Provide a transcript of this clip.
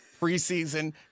preseason